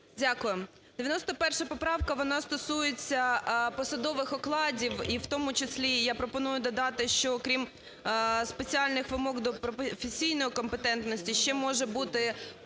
Дякую. 91 поправка вона стосується посадових окладів. І у тому числі я пропоную додати, що крім спеціальних вимог до професійної компетентності, ще може були